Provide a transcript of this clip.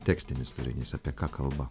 tekstinis turinys apie ką kalba